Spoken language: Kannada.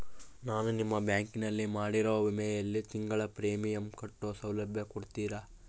ನಾನು ನಿಮ್ಮ ಬ್ಯಾಂಕಿನಲ್ಲಿ ಮಾಡಿರೋ ವಿಮೆಯಲ್ಲಿ ತಿಂಗಳ ಪ್ರೇಮಿಯಂ ಕಟ್ಟೋ ಸೌಲಭ್ಯ ಕೊಡ್ತೇರಾ?